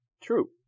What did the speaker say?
True